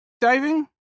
diving